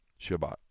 Shabbat